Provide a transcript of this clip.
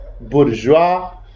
Bourgeois